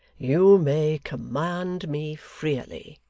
you may command me freely